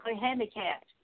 handicapped